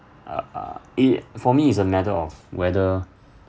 uh uh i~ for me is a matter of whether